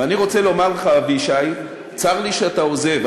ואני רוצה לומר לך, אבישי, צר לי שאתה עוזב.